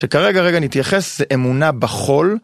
שכרגע, רגע, נתייחס לאמונה בחול.